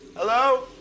Hello